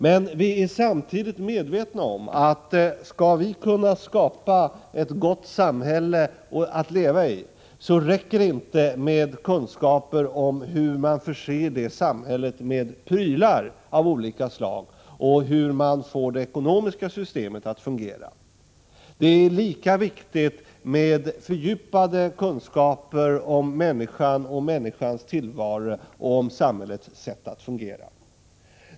Men vi är samtidigt medvetna om att skall vi kunna skapa ett gott samhälle att leva i, räcker det inte med kunskaper om hur man förser det samhället med prylar av olika slag och hur man får det ekonomiska systemet att fungera. Det är lika viktigt med fördjupade kunskaper om människan och människans tillvaro och om samhällets sätt att fungera.